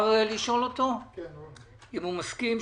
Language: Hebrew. האמונה